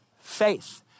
faith